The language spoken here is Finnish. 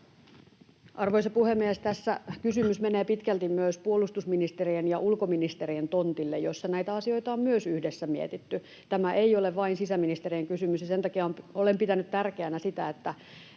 Arvoisa puhemies! Tässä kysymys menee pitkälti myös puolustusministeriön ja ulkoministeriön tontille, jossa näitä asioita on myös yhdessä mietitty. Tämä ei ole vain sisäministeriön kysymys, ja sen takia olen pitänyt tärkeänä sitä, että